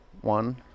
One